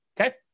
Okay